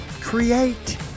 create